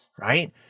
right